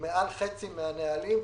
יותר מחצי מן הנהלים,